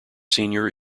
senior